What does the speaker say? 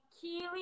Keely